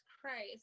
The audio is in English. Christ